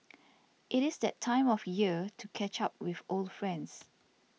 it is that time of year to catch up with old friends